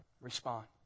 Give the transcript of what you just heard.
Respond